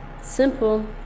Simple